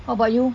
how about you